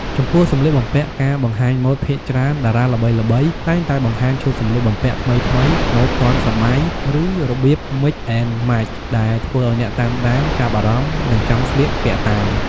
ចំពោះសម្លៀកបំពាក់ការបង្ហាញម៉ូតភាគច្រើនតារាល្បីៗតែងតែបង្ហាញឈុតសម្លៀកបំពាក់ថ្មីៗ ម៉ូតទាន់សម័យ ឬរបៀប Mix and Match ដែលធ្វើឲ្យអ្នកតាមដានចាប់អារម្មណ៍ និងចង់ស្លៀកពាក់តាម។